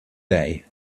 day